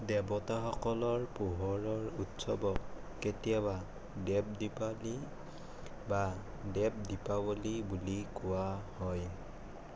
দেৱতাসকলৰ পোহৰৰ উৎসৱক কেতিয়াবা দেৱ দেৱালী বা দেৱ দীপাৱলী বুলি কোৱা হয়